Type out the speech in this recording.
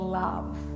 love